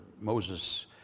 Moses